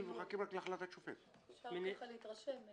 אפשר ככה להתרשם.